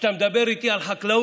כשאתה מדבר איתי על חקלאות,